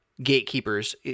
gatekeepers